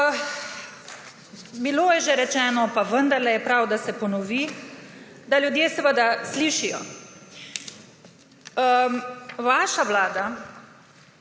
Bilo je že rečeno, vendarle je prav, da se ponovi, da ljudje seveda slišijo. Vaša vlada